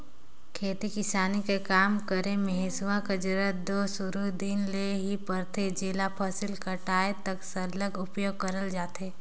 खेती किसानी कर काम मे हेसुवा कर जरूरत दो सुरू दिन ले ही परथे जेला फसिल कटाए तक सरलग उपियोग करल जाथे